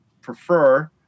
prefer